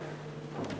מיכאלי.